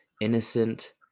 Innocent